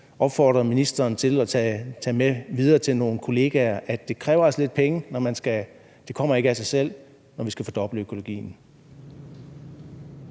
gerne opfordre ministeren til at tage med videre til nogle kollegaer, altså at det kræver lidt penge, at det ikke kommer af sig selv, når vi skal fordoble økologien.